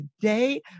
today